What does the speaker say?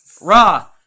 Raw